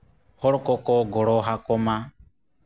ᱦᱚᱲ ᱠᱚᱠᱚ ᱜᱚᱲᱚ ᱟᱠᱚ ᱢᱟ